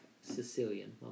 Sicilian